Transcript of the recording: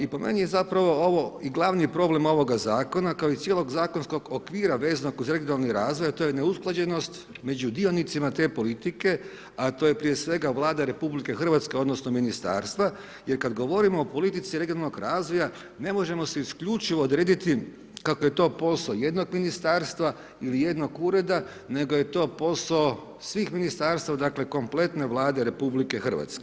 I po meni je zapravo ovo i glavni problem ovoga zakona kao i cijelog zakonskog okvira vezanog uz regionalni razvoj a to je neusklađenost među dionicima te politike a to je prije svega Vlada RH odnosno ministarstva jer kad govorimo o politici regionalnog razvoja, ne možemo si isključivo odrediti kako je to posao jednog ministarstva ili jednog ureda nego je to posao svih ministarstava, dakle kompletne Vlade RH.